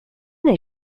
then